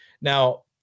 now